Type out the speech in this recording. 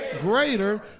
Greater